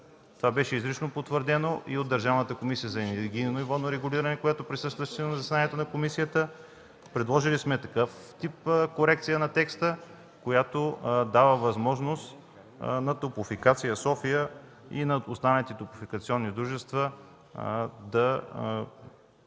Това беше изрично потвърдено и от Държавната комисия за енергийно и водно регулиране, която присъстваше на заседанието на комисията. Предложили сме такъв тип корекция на текста, която дава възможност на „Топлофикация – София” и на останалите топлофикационни дружества да задържат